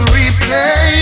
replay